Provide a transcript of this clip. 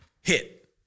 Hit